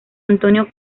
antonio